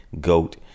goat